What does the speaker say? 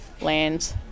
land